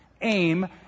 aim